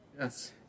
Yes